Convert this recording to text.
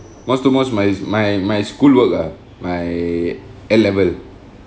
most the most my my my schoolwork ah my N level